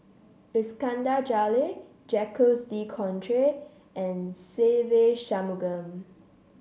Iskandar Jalil Jacques De Coutre and Se Ve Shanmugam